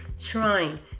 trying